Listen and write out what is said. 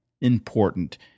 important